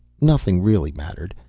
nothing really mattered.